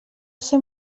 ser